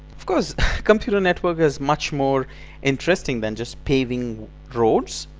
of course computer network is much more interesting than just paving roads,